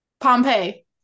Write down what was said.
pompeii